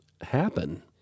happen